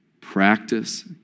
Practice